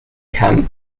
camp